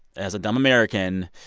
as a dumb american,